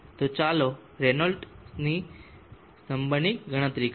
તો ચાલો રેનોલ્ડ્સ નંબરની ગણતરી કરીએ